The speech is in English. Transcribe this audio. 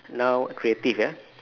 now creative ya